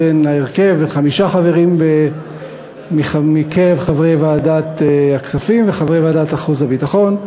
ההרכב בן חמשת החברים מקרב חברי ועדת הכספים וחברי ועדת החוץ והביטחון.